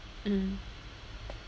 mm